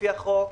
לפי החוק,